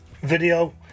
video